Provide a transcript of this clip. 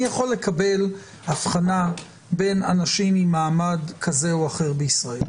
אני יכול לקבל הבחנה בין אנשים ממעמד כזה או אחר בישראל,